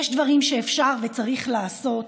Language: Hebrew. יש דברים שאפשר וצריך לעשות.